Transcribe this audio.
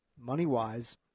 money-wise